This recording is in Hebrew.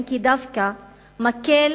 ודווקא מקל